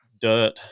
dirt